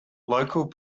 local